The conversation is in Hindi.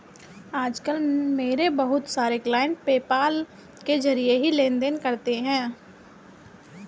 आज कल मेरे बहुत सारे क्लाइंट पेपाल के जरिये ही लेन देन करते है